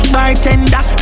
Bartender